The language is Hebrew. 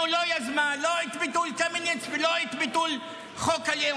שהורס בתים, שחונק את היישובים הערביים